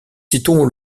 citons